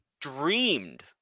dreamed